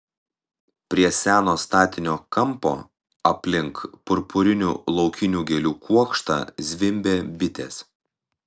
prie seno statinio kampo aplink purpurinių laukinių gėlių kuokštą zvimbė bitės